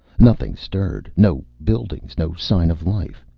nothing stirred. no buildings, no sign of life.